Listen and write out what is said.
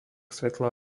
svetla